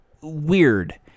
weird